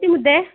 ಮುದ್ದೆ